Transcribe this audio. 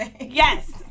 yes